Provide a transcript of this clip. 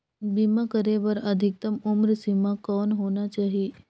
बीमा करे बर अधिकतम उम्र सीमा कौन होना चाही?